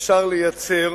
אפשר לייצר,